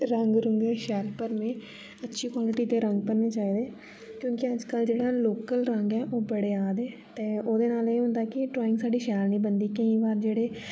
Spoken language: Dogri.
रंग रुंग शैल भरने अच्छी क्वालिट दे रंग भरने चाहिदे क्योंकि अज्जकल जेह्ड़ा लोकल रंग ऐ ओह् बड़े आ दे ते ओह्दे नाल एह् होंदा कि ड्राइंग साढ़ी शैल नी बनदी केईं बार जेह्ड़े